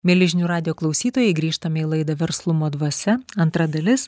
mieli žinių radijo klausytojai grįžtame į laidą verslumo dvasia antra dalis